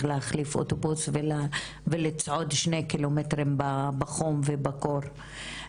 להחליף אוטובוס ולצעוד עוד שני קילומטרים ברגל בחום ובקור,